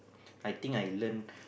I think I learn